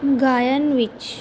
ਗਾਇਨ ਵਿੱਚ